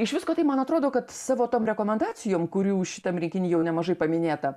iš visko tai man atrodo kad savo tom rekomendacijom kurių šitam rinkiny jau nemažai paminėta